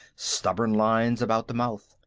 stubborn lines about the mouth.